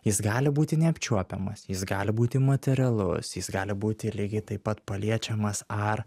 jis gali būti neapčiuopiamas jis gali būti materialus jis gali būti lygiai taip pat paliečiamas ar